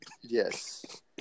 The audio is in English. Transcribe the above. Yes